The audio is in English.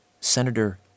Senator